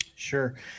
Sure